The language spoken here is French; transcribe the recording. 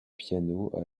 piano